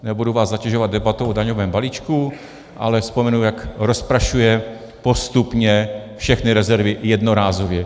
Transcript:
Nebudu vás zatěžovat debatou o daňovém balíčku, ale vzpomenu, jak rozprašuje postupně všechny rezervy jednorázově.